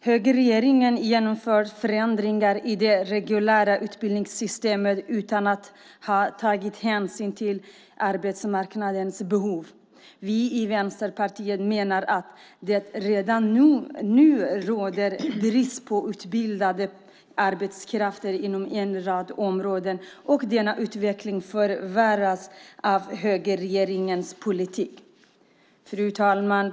Högerregeringen genomför förändringar i det reguljära utbildningssystemet utan att ta hänsyn till arbetsmarknadens behov. Vi i Vänsterpartiet menar att det redan nu råder brist på utbildad arbetskraft inom en rad områden, och denna utveckling förvärras av högerregeringens politik. Fru talman!